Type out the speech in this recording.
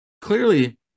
clearly